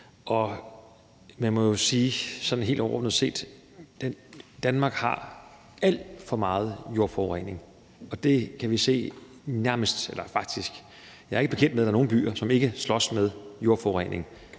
Man må jo sådan helt overordnet sige, at Danmark har alt for meget jordforurening, og det kan vi faktisk se; jeg er ikke bekendt med, at der er nogen byer, som ikke slås med jordforurening.